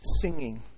singing